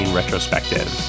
retrospective